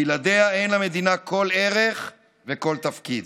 בלעדיה אין למדינה כל ערך וכל תפקיד,